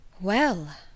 Well